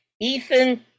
Ethan